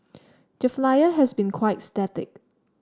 the flyer has been quite static